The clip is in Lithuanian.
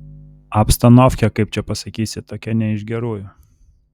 abstanovkė kaip čia pasakysi tokia ne iš gerųjų